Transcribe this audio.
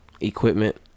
equipment